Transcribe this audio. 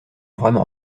vraiment